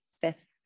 fifth